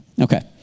Okay